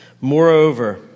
Moreover